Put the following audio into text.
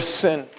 sin